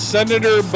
Senator